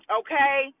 okay